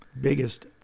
biggest